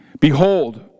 Behold